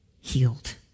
healed